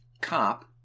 cop